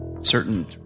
certain